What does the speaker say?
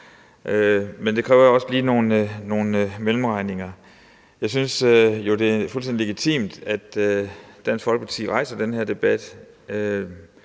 Men det kræver jo også lige nogle mellemregninger. Jeg synes jo, det er fuldstændig legitimt, at Dansk Folkeparti rejser den her debat,